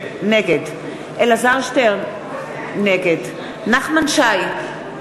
נגד אלעזר שטרן, נגד נחמן שי,